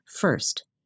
first